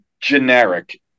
generic